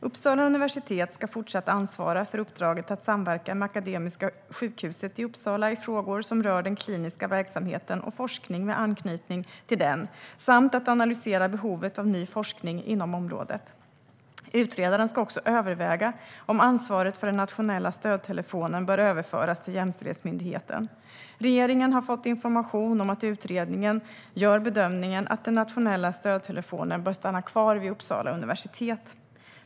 Uppsala universitet ska fortsatt ansvara för uppdraget att samverka med Akademiska sjukhuset i Uppsala i frågor som rör den kliniska verksamheten och forskning med anknytning till den samt att analysera behovet av ny forskning inom området. Utredaren ska också överväga om ansvaret för den nationella stödtelefonen bör överföras till jämställdhetsmyndigheten. Regeringen har fått information om att utredningen gör bedömningen att den nationella stödtelefonen bör stanna kvar vid Uppsala universitet.